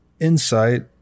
insight